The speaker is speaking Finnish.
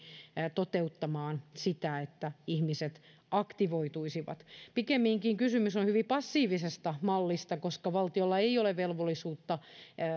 toteuttamaan sitä että ihmiset aktivoituisivat pikemminkin kysymys on on hyvin passiivisesta mallista koska valtiolla ei ole velvollisuutta